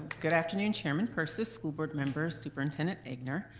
good afternoon, chairman persis, school board members, superintendent egnor.